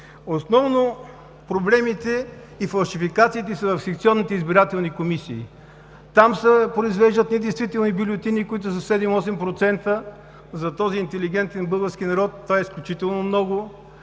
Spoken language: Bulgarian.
Основно проблемите и фалшификациите са в секционните избирателни комисии. Там се произвеждат недействителни бюлетини, които са 7 – 8%, а за този интелигентен български народ това е изключително много.